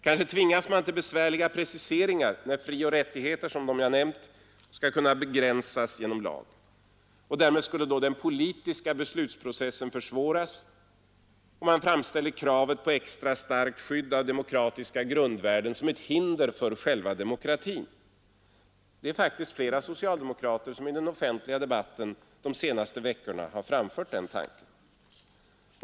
Kanske tvingas man till besvärliga preciseringar av när frioch rättigheter som de jag nämnt skall kunna begränsas genom lag. Därmed skulle den politiska beslutsprocessen försvåras, säger man, och framställer därför kravet på extra starkt skydd av demokratiska grundvärden som ett hinder för demokratin. Flera socialdemokrater har faktiskt i den offentliga debatten under de senaste veckorna framfört den tanken.